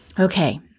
Okay